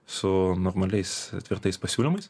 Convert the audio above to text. su normaliais tvirtais pasiūlymais